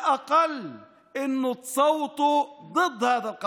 מספיק שנכנסתם לקואליציה הגזענית הזאת.